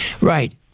Right